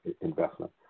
investment